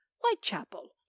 whitechapel